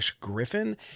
griffin